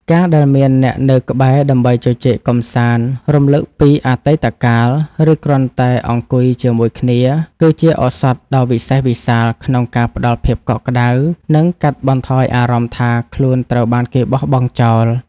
ការដែលមានអ្នកនៅក្បែរដើម្បីជជែកកម្សាន្ត រំលឹកពីអតីតកាល ឬគ្រាន់តែអង្គុយជាមួយគ្នា គឺជាឱសថដ៏វិសេសវិសាលក្នុងការផ្ដល់ភាពកក់ក្ដៅ និងកាត់បន្ថយអារម្មណ៍ថាខ្លួនត្រូវបានគេបោះបង់ចោល។